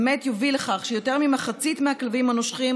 באמת יוביל לכך שיותר ממחצית מהכלבים הנושכים